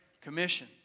commission